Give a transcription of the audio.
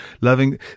loving